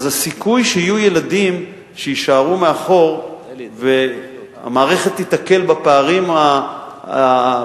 אז הסיכוי שיהיו ילדים שיישארו מאחור והמערכת תיתקל בפערים בחומר